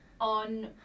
on